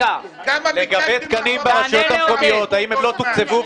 לגבי תקנים ברשויות המקומיות, האם הם לא תוקצבו?